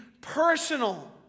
personal